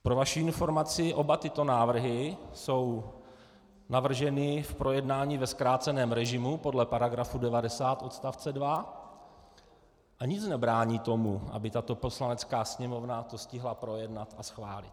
Pro vaši informaci, oba tyto návrhy jsou navrženy v projednání ve zkráceném režimu podle § 90 odst. 2 a nic nebrání tomu, aby tato Poslanecká sněmovna to stihla projednat a schválit.